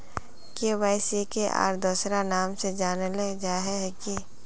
KYC के आर दोसरा नाम से जानले जाहा है की?